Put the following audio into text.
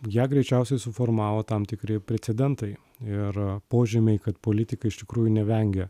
ją greičiausiai suformavo tam tikri precedentai ir požymiai kad politikai iš tikrųjų nevengia